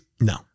No